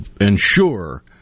ensure